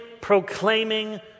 proclaiming